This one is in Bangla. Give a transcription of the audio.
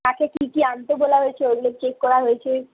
কাকে কী কী আনতে বলা হয়েছে ওগুলো চেক করা হয়েছে